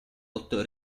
otto